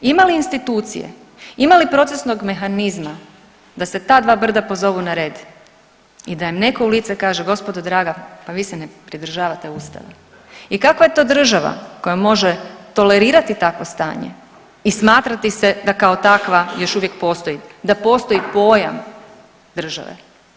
Ima li institucije, ima li procesnog mehanizma da se ta dva brda pozovu na red i da im netko u lice kaže gospodo draga pa vi se ne pridržavate ustava i kakva je to država koja može tolerirati takvo stanje i smatrati se da kao takva još uvijek postoji, da postoji pojam države.